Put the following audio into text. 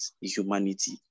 humanity